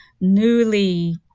newly